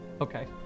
Okay